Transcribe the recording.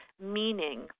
meaning